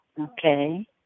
Okay